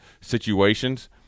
situations